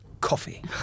Coffee